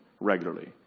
regularly